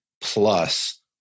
plus